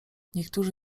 niektórzy